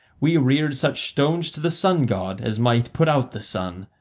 we reared such stones to the sun-god as might put out the sun.